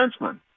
defenseman